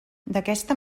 d’aquesta